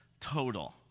total